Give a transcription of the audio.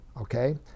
okay